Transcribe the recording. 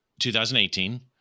2018